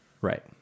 right